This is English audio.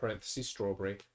strawberry